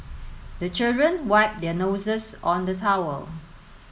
the children wipe their noses on the towel